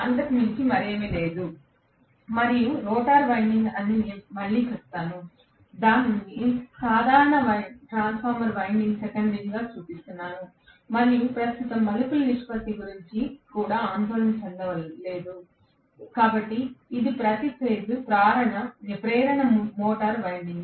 అంతకు మించి మరేమీ లేదు మరియు రోటర్ వైండింగ్ అని మళ్ళీ చెప్తాను నేను దానిని సాధారణ ట్రాన్స్ఫార్మర్ వైండింగ్ సెకండరీగా చూపిస్తున్నాను మరియు ప్రస్తుతం మలుపుల నిష్పత్తి గురించి కూడా ఆందోళన చెందలేదు కాబట్టి ఇది ప్రతి ఫేజ్ ప్రేరణ మోటారు వైండింగ్